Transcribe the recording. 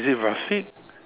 is it Rafiq